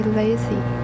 lazy